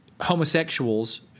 homosexuals